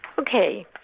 Okay